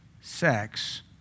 sex